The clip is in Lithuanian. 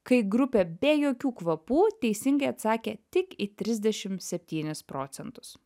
kai grupė be jokių kvapų teisingai atsakė tik į trisdešimt septynis procentus